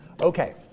Okay